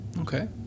Okay